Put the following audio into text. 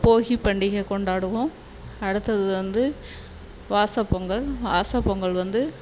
போகி பண்டிகை கொண்டாடுவோம் அடுத்தது வந்து வாசப்பொங்கல் வாசப்பொங்கல் வந்து